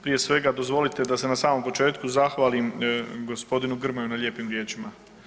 Prije svega dozvolite da se na samom početku zahvalim g. Grmoji na lijepim riječima.